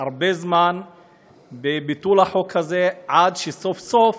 הרבה זמן בביטול החוק הזה, עד שסוף-סוף